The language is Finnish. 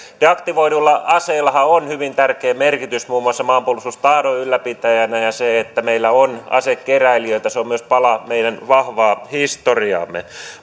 deaktivoidulla aseellahan on hyvin tärkeä merkitys muun muassa maanpuolustustahdon ylläpitäjänä ja se että meillä on asekeräilijöitä on myös pala meidän vahvaa historiaamme